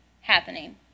happening